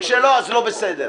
וכשלא אז לא בסדר.